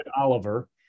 Oliver